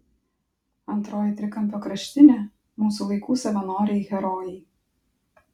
antroji trikampio kraštinė mūsų laikų savanoriai herojai